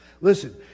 Listen